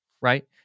Right